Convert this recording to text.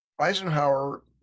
Eisenhower